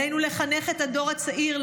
עלינו לחנך את הדור הצעיר,